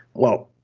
well,